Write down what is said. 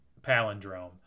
palindrome